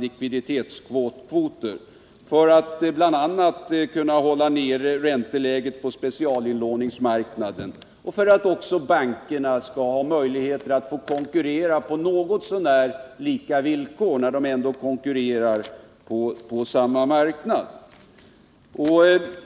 likvidi tetskvoter för att bl.a. ränteläget på specialinlåningsmarknaden skall kunna hållas nere och för att också bankerna skall ha möjligheter att konkurrera på något så när lika villkor, när de ändå konkurrerar på samma marknad.